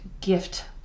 gift